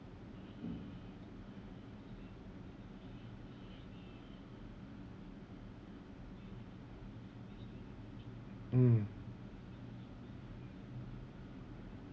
mm